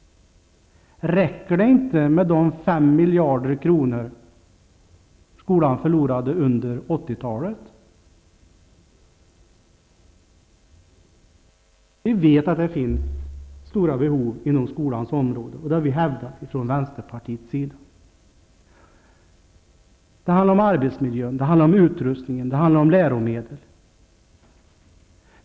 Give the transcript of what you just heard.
Räcker det inte med de Vi vet att det finns stora behov inom skolans område. Det har vi hävdat från vänsterpartiets sida. Det handlar om arbetsmiljön, utrustningen och läromedlen.